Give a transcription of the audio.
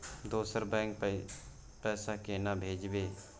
दोसर बैंक पैसा केना भेजबै?